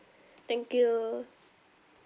thank you